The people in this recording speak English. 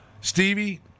Stevie